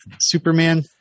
Superman